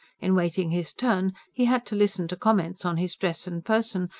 in waiting his turn, he had to listen to comments on his dress and person,